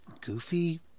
Goofy